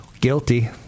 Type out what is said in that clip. Guilty